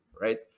Right